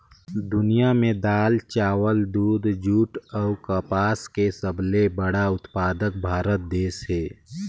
दुनिया में दाल, चावल, दूध, जूट अऊ कपास के सबले बड़ा उत्पादक भारत देश हे